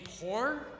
poor